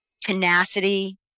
tenacity